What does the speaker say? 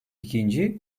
ikinci